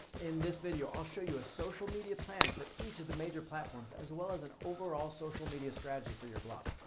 in this video, i'll show you a social media plan for each of the major platforms as well as an overall social media strategy for your blog.